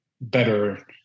better